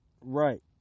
Right